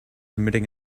emitting